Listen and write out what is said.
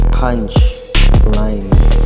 punchlines